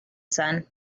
sun